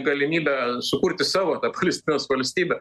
galimybę sukurti savo tą palestinos valstybę